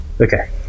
Okay